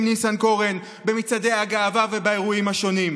ניסנקורן במצעדי הגאווה ובאירועים השונים.